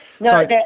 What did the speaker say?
No